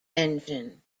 engine